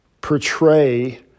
portray